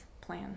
plan